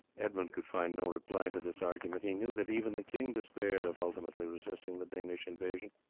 edmund could find no reply to this argument. he knew that even the king despaired of ultimately resisting the danish invasion,